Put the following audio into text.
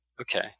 Okay